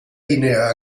guinea